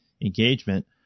engagement